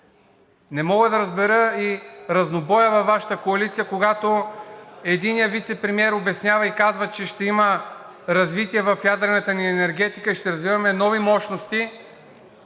Не мога да разбера и разнобоя във Вашата коалиция, когато единият вицепремиер обяснява и казва, че ще има развитие в ядрената ни енергетика, ще развиваме нови мощности,